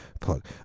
plug